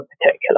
particular